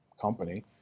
company